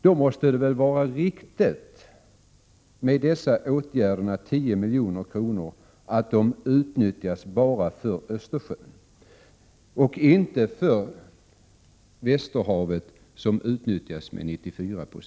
Då måste det väl vara riktigt att dessa 10 milj.kr. används enbart för Östersjöfisket och inte för Västerhavsfisket, som utnyttjas till 94 26.